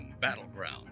Battleground